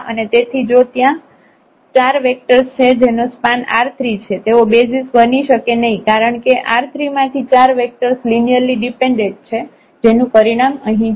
અને તેથી જો ત્યાં 4 વેક્ટર્સ છે જેનો સ્પાન R3 છે તેઓ બેસિઝ બની શકે નહિ કારણ કે R3 માંથી 4 વેક્ટર્સ લિનિયરલી ડિપેન્ડેન્ટ છે જેનું પરિણામ અહીં છે